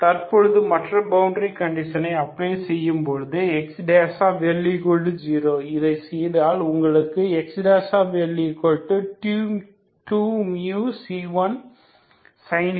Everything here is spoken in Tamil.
தற்போது மற்ற பவுண்டரி கண்டிஷனை அப்ளை செய்யும் போது XL0 இதைச் செய்தால் உங்களுக்கு XL2μc1sinh μL 0 என இருக்கும்